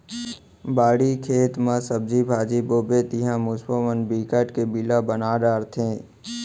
बाड़ी, खेत म सब्जी भाजी बोबे तिंहा मूसवा मन बिकट के बिला बना डारथे